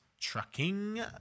trucking